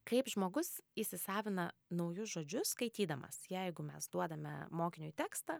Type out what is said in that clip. kaip žmogus įsisavina naujus žodžius skaitydamas jeigu mes duodame mokiniui tekstą